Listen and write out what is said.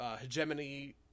hegemony